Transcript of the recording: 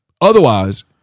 Otherwise